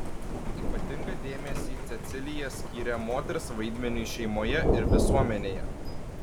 ypatingą dėmesį cecilija skyrė moters vaidmeniui šeimoje ir visuomenėje